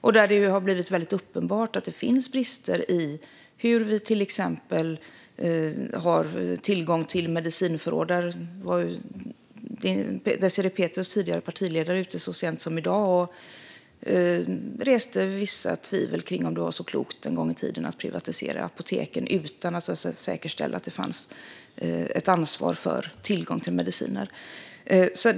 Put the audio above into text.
Det har ju blivit uppenbart att det finns brister i till exempel tillgången till medicinförråd. Désirée Pethrus tidigare partiledare var ute så sent som i dag och reste vissa tvivel kring om det var så klokt en gång i tiden att privatisera apoteken utan att säkerställa ett ansvar för tillgången till mediciner.